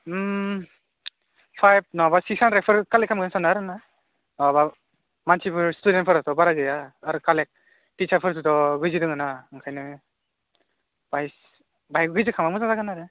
five माबा six हानद्रेदफोर collect खालामगोन सान्दों आरोना माबा मानसिफोर स्टुदेन्टफोराथ' बारा गैया आरो कालेक्ट टिचारफोराथ' बिजि दङ ना ओंखायनो बाइस बाहायबो बिदि खालामोबा मोजां जागोन आरो